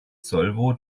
solvo